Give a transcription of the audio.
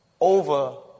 over